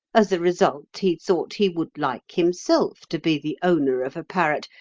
as a result he thought he would like himself to be the owner of a parrot,